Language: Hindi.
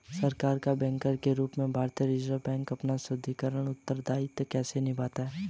सरकार का बैंकर के रूप में भारतीय रिज़र्व बैंक अपना सांविधिक उत्तरदायित्व कैसे निभाता है?